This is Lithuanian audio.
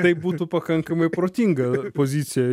tai būtų pakankamai protinga pozicija